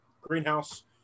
greenhouse